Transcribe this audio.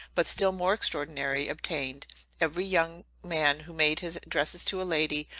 but still more extraordinary, obtained every young man who made his addresses to a lady,